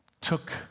took